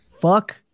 Fuck